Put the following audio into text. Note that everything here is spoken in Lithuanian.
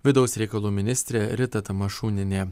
vidaus reikalų ministrė rita tamašunienė